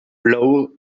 blow